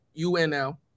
UNL